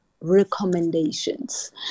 recommendations